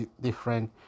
different